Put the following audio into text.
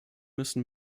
müssen